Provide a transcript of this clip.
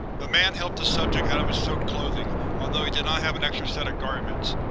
the man helped the subject out of its soaked clothing although he did not have an extra set of garments,